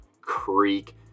Creek